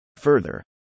Further